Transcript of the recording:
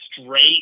straight